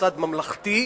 מוסד ממלכתי,